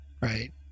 Right